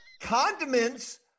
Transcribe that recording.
condiments